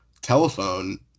telephone